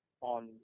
on